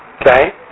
okay